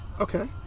okay